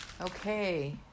okay